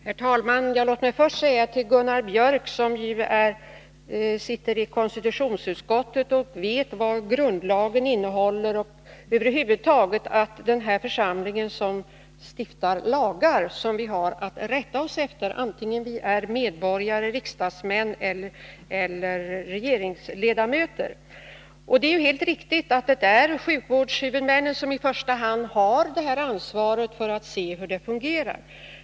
Herr talman! Låt mig först säga till Gunnar Biörck, som ju sitter i konstitutionsutskottet och känner till grundlagen och vet att den här församlingen stiftar lagar som vi har att rätta oss efter oavsett om vi är vanliga medborgare, riksdagsmän eller regeringsledamöter: Det är helt riktigt att det är sjukvårdshuvudmannen som i första hand har ansvaret.